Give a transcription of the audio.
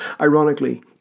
Ironically